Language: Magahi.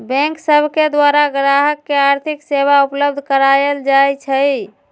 बैंक सब के द्वारा गाहक के आर्थिक सेवा उपलब्ध कराएल जाइ छइ